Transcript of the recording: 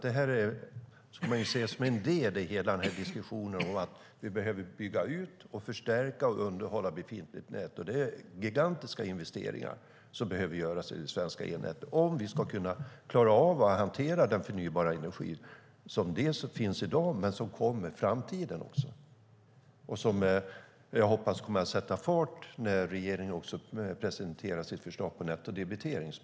Den är en del i diskussionen om att vi behöver bygga ut, förstärka och underhålla det befintliga nätet. Gigantiska investeringar behöver göras i det svenska elnätet om vi ska klara att hantera den förnybara energin, dels den som finns i dag, dels den som kommer i framtiden. Jag hoppas att detta kommer att sätta fart när regeringen presenterar sitt förslag om nettodebitering.